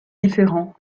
différent